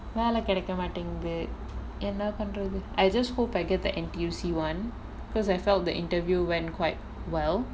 வேல கெடைக்க மாட்டிங்குது:vela kedaikka maatinguthu I just hope I get the N_T_U_C [one] because I felt the interview went quite well